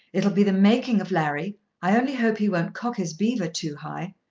it'll be the making of larry. i only hope he won't cock his beaver too high.